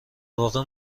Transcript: واقع